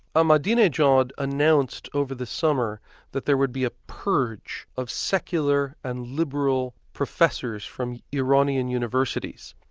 ahmadinejad announced over the summer that there would be a purge of secular and liberal professors from iranian universities,